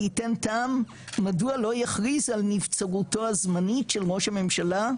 ליתן טעם מדוע לא יכריז על נבצרותו הזמנית של ראש הממשלה,